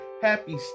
happy